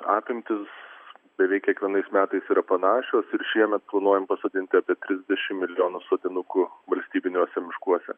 apimtys beveik kiekvienais metais yra panašios ir šiemet planuojam pasodinti apie trisdešimt milijonų sodinukų valstybiniuose miškuose